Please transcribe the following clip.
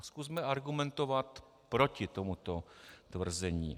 Zkusme argumentovat proti tomuto tvrzení.